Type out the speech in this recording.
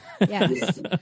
Yes